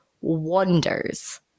wonders